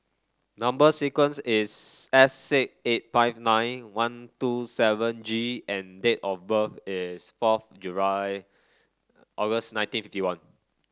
number sequence is S six eight five nine one two seven G and date of birth is fourth July August nineteen fifty one